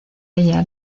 ella